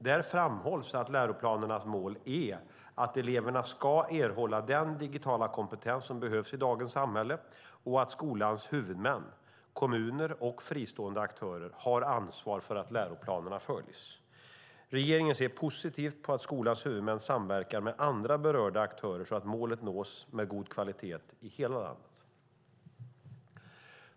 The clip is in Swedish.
Där framhålls att läroplanernas mål är att eleverna ska erhålla den digitala kompetens som behövs i dagens samhälle och att skolans huvudmän - kommuner och fristående aktörer - har ansvar för att läroplanerna följs. Regeringen ser positivt på att skolans huvudmän samverkar med andra berörda aktörer så att målet nås med god kvalitet i hela landet.